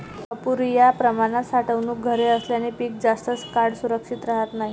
अपुर्या प्रमाणात साठवणूक घरे असल्याने पीक जास्त काळ सुरक्षित राहत नाही